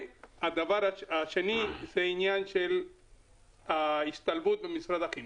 והדבר השני הוא העניין של ההשתלבות במשרד החינוך.